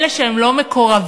אלה שהם לא מקורבים,